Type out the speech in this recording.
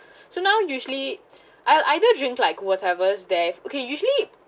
so now usually I'll either drink like whatever's there okay usually